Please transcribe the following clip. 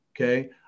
okay